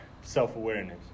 self-awareness